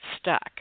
stuck